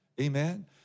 Amen